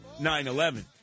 9-11